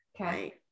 Okay